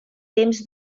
temps